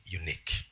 unique